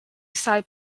side